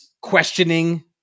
questioning